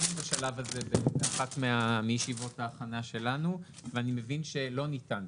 היינו בשלב הזה באחת מישיבות ההכנה שלנו ואני מבין שלא ניתן.